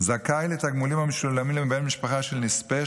זכאי לתגמולים המשולמים לבן משפחה של נספה